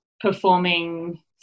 performing